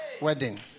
wedding